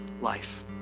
life